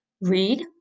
read